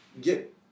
get